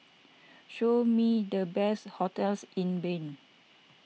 show me the best hotels in Bern